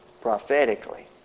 prophetically